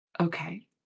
Okay